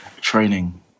training